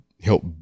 help